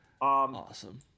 awesome